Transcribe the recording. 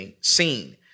seen